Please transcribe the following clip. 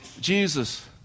Jesus